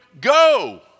go